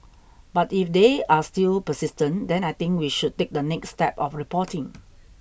but if they are still persistent then I think we should take the next step of reporting